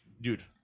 dude